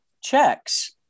checks